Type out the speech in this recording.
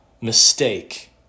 mistake